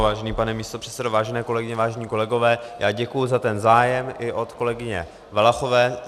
Vážený pane místopředsedo, vážené kolegyně, vážení kolegové, já děkuji za ten zájem i od kolegyně Valachové.